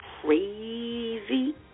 crazy